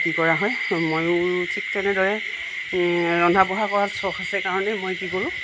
কি কৰা হয় ময়ো ঠিক তেনেদৰে ৰন্ধা বঢ়া কৰাত চখ আছে কাৰণে মই কি কৰোঁ